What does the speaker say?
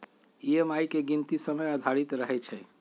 EMI के गीनती समय आधारित रहै छइ